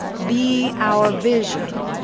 be our vision,